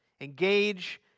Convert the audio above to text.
engage